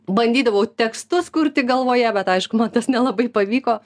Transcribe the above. bandydavau tekstus kurti galvoje bet aišku man tas nelabai pavyko